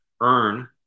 earn